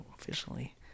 officially